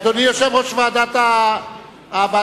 אדוני יושב-ראש ועדת הפנים,